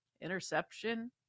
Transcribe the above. interception